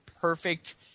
perfect